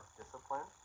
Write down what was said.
discipline